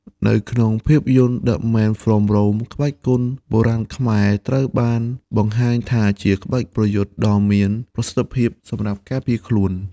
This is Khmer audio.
នៅក្នុងភាពយន្ត "The Man from Rome" ក្បាច់គុនបុរាណខ្មែរត្រូវបានបង្ហាញថាជាក្បាច់ប្រយុទ្ធដ៏មានប្រសិទ្ធភាពសម្រាប់ការពារខ្លួន។